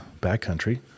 Backcountry